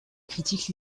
critique